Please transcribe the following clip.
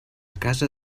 casa